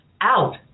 out